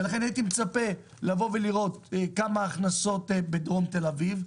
ולכן הייתי מצפה לבוא ולראות כמה הכנסות בדרום תל אביב,